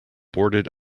boarded